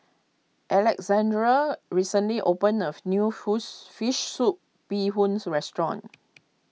Alessandra recently opened of New Fish Soup Bee Hoon so restaurant